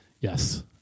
Yes